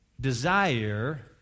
desire